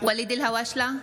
ואליד אלהואשלה,